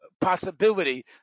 possibility